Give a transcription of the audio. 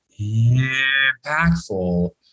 impactful